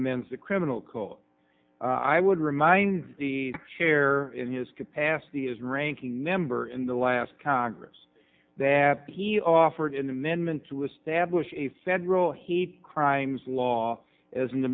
amends a criminal call i would remind the chair in his capacity as ranking member in the last congress that he offered an amendment to establish a federal hate crimes law as an